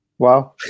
Wow